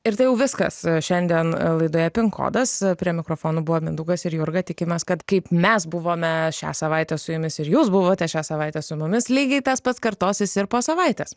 ir tai jau viskas šiandien laidoje pin kodas prie mikrofonų buvo mindaugas ir jurga tikimės kad kaip mes buvome šią savaitę su jumis ir jūs buvote šią savaitę su mumis lygiai tas pats kartosis ir po savaitės